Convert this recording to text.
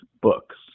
books